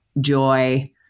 joy